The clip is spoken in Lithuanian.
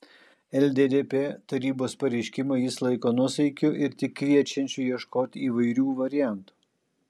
lddp tarybos pareiškimą jis laiko nuosaikiu ir tik kviečiančiu ieškoti įvairių variantų